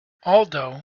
aldo